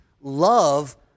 Love